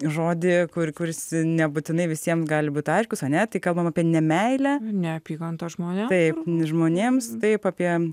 žodį kur kurs nebūtinai visiems gali būti aiškus a ne tai kalbam apie meilę neapykantą žmonių taip žmonėms taip apie